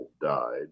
died